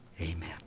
Amen